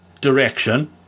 direction